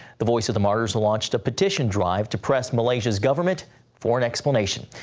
the voice of the martyrs launched a petition drive to press malaysia's government for an explanation.